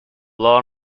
law